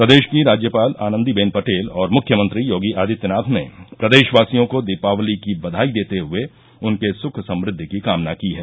प्रदेश की राज्यपाल आनन्दीबेन पटेल और मुख्यमंत्री योगी आदित्यनाथ ने प्रदेशवासियों को दीपावली की बधाई देते हए उनके सुख समृद्वि की कामना की है